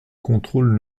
contrôle